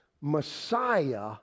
Messiah